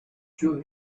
two